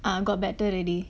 ah got better already